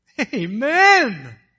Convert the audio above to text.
Amen